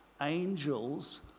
angels